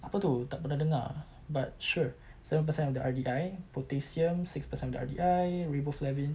apa itu tak pernah dengar but sure seven percent of the R_D_I potassium six percent of the R_D_I riboflavin